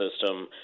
system